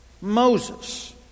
Moses